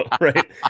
Right